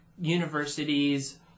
universities